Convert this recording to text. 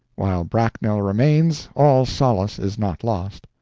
while bracknell remains, all solace is not lost.